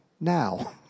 Now